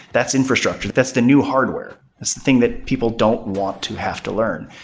that's infrastructure. that's the new hardware. it's the thing that people don't want to have to learn.